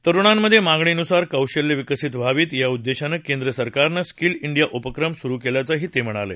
तरुणांमधे मागणीनुसार कौशल्य विकसित व्हावीत या उद्देशानं केंद्र सरकारनं स्कील डिया उपक्रम सुरु केल्याचंही ते म्हणाले